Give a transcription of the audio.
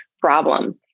problem